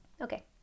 okay